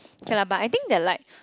can lah but I think they are like